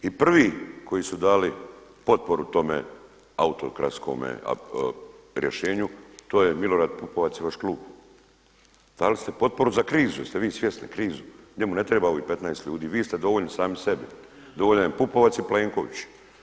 I prvi koji su dali potporu tome autokratskome rješenju to je Milorad Pupovac i vaš klub, dali ste potporu za krizu, jeste vi svjesni, krizu, njemu ne treba ovih 15 ljudi, vi ste dovoljni sami sebi, dovoljan je Pupovac i Plenković.